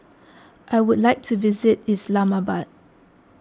I would like to visit Islamabad